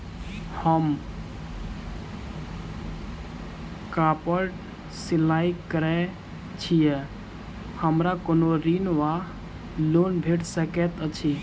हम कापड़ सिलाई करै छीयै हमरा कोनो ऋण वा लोन भेट सकैत अछि?